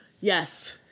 yes